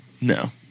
No